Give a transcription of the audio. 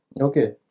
Okay